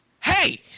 Hey